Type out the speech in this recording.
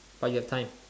but you have time